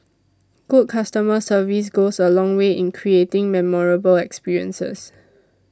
good customer service goes a long way in creating memorable experiences